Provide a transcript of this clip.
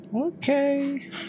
Okay